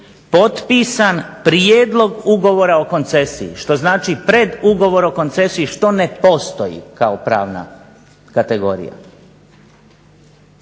potpisan prijedlog ugovora o koncesiji što znači predugovor o koncesiji što ne postoji kao pravna kategorija.